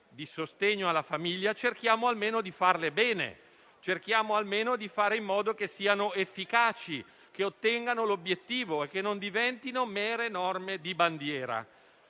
di sostegno alla famiglia, cerchiamo almeno di farle bene, in modo che siano efficaci, che ottengano l'obiettivo e che non diventino mere norme di bandiera.